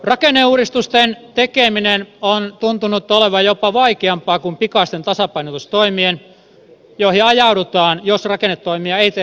rakenneuudistusten tekeminen on tuntunut olevan jopa vaikeampaa kuin pikaisten tasapainotustoimien joihin ajaudutaan jos rakennetoimia ei tehdä ajoissa